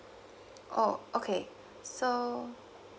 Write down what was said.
oh okay so